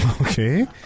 Okay